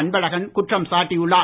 அன்பழகன் குற்றம் சாட்டியுள்ளார்